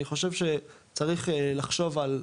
אני חושב שצריך לחשוב.